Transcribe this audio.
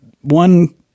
one